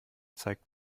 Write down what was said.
zeigt